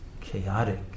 chaotic